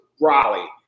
Raleigh